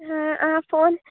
हँ अहाँ फोन